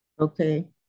Okay